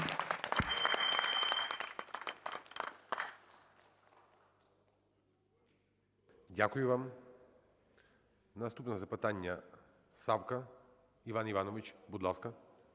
Дякую вам. Наступне запитання – Савка Іван Іванович, будь ласка.